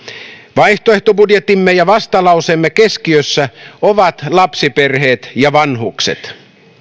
vaihtoehtobudjettimme ja vastalauseemme keskiössä ovat lapsiperheet ja vanhukset